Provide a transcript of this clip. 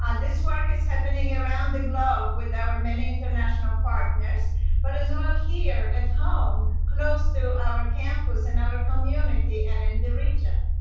this work is happening around the globe with our many international partners but as well here at home close to our campus and our community and in the region.